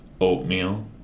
oatmeal